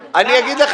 מתנגדת.